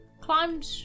climbed